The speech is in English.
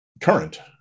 current